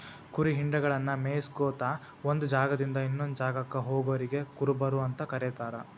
ಕುರಿ ಹಿಂಡಗಳನ್ನ ಮೇಯಿಸ್ಕೊತ ಒಂದ್ ಜಾಗದಿಂದ ಇನ್ನೊಂದ್ ಜಾಗಕ್ಕ ಹೋಗೋರಿಗೆ ಕುರುಬರು ಅಂತ ಕರೇತಾರ